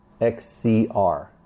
XCR